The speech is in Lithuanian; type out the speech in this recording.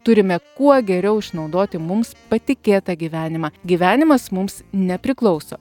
turime kuo geriau išnaudoti mums patikėtą gyvenimą gyvenimas mums nepriklauso